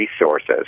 resources